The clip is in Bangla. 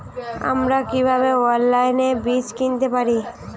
আমরা কীভাবে অনলাইনে বীজ কিনতে পারি?